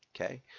Okay